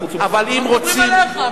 בתוך הלשכה שלו.